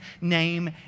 name